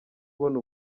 ubona